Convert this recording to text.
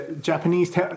Japanese